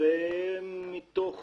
וזה מתוך